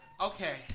Okay